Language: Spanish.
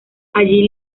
allí